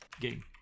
game